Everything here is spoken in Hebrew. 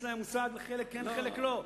יש להם מושג, לחלק כן, לחלק לא.